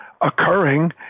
occurring